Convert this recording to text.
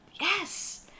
yes